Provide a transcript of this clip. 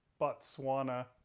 Botswana